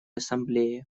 ассамблее